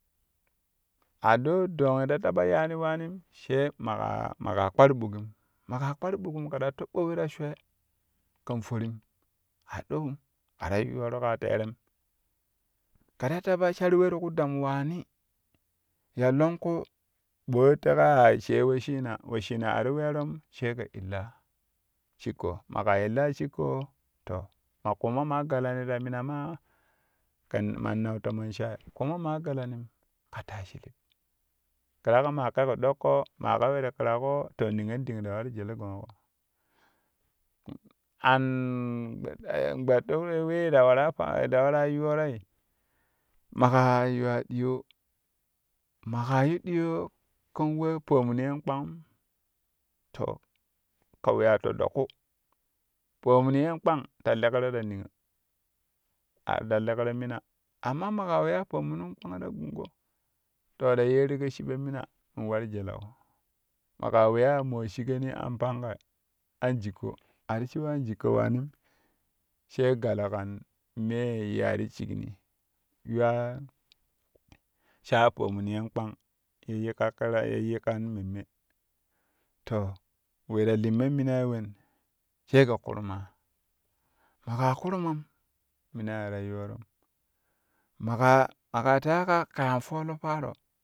A ɗo dong ye ta taba yaani waanim she maƙa maƙa kpar ɓukim maƙa kpar ɓukim kɛ ta tob’b’o we ti ta shwee kɛn forin a ɗo wen a ta yooro kaa teerem kɛ ta taba shar we ti ku dam waani ya longku boo ye teƙa yaa she wesshina wesshina ti weerom sai kɛ illaa shikko maƙo illaa shikkoo to ma ƙuuma maa galani ta minama kɛn man nau fomon shaai ƙuma maa galanim ka taa shilib ƙiraƙo maa kɛ ku ɗokko maa ka we ti ƙiraƙo to niyon ding ta waru jele gokoƙo we ta waraa yooroi maƙaa yuwa diyoo maƙa yu ɗiyoo kan we pomun yen kpangum to kɛ weya toɗɗo ƙu pomun yen kpang ta lekkro ta niyo a ta leekro mina amma maƙa weya pomunin kpang ta gungo to ta yeerigo shiɓo mina in waru jeleƙo maƙa weya ya mo shigoni an panga an jikko a ti shiwo anjikko waanim sai gale kan meeye yiya ti shikni yuwa sa’a pomun yen kpang ye yikka ƙira ye yikkan memme to we ta limmo minai wen sai kɛ ƙurmaa maƙa ƙurmom minai a ta yiworon maka maka teƙa ka kɛ an folo paaro.